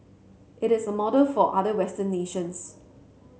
it is a model for other western nations